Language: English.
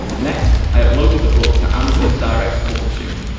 next, i uploaded the book to amazon direct publishing.